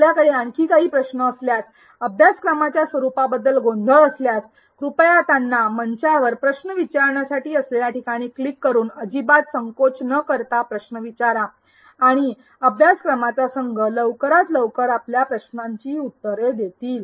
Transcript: आपल्याकडे आणखी काही प्रश्न असल्यास अभ्यासक्रमाच्या स्वरूपाबद्दल गोंधळ असल्यास कृपया त्यांना मंचावर प्रश्न विचारण्यासाठी असलेल्या ठिकाणी क्लिक करून अजिबात संकोच न करता प्रश्न विचारा आणि अभ्यासक्रमाचा संघ लवकरात लवकर आपल्या प्रश्नांची उत्तरे देईल